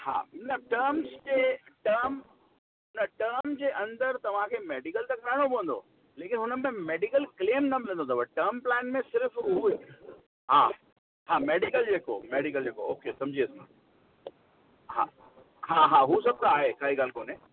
हा न टर्म्स जे टर्म न टर्म जे अंदरि तव्हांखे मेडीकल त कराइणो पवंदो लेकिन हुनमें मेडीकल क्लेम न मिलंदो अथव टर्म प्लान में सिर्फ़ हूअ ई हा हा मेडीकल जेको मेडीकल जेको ओके सम्झी वियसि मां हा हा हा हू सभु त आहे काई ॻाल्हि कोन्हे